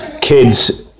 kids